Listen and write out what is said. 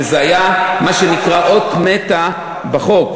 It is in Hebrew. וזה היה מה שנקרא אות מתה בחוק.